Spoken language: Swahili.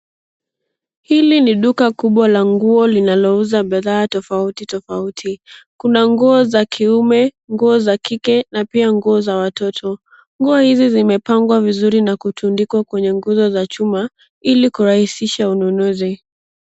Hili ni duka kubwa la nguo linalouza bidhaa tofauti tofauti. Kuna nguo za kiume, nguo za kike na pia nguo za watoto. Nguo hizi zimepangwa vizuri na kutundikwa kwenye nguzo za chuma ili kurahisisha ununuzi.